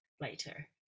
later